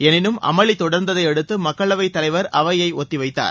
எளினும் அமளி தொடர்ந்ததை அடுத்து மக்களவைத் தலைவர் அவையை ஒத்திவைத்தார்